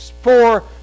four